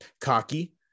cocky